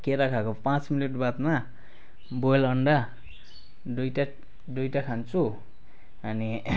केरा खाएको पाँच मिनेट बादमा बोइल अण्डा दुइटा दुइटा खान्छु अनि